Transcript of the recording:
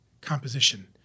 composition